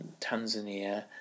Tanzania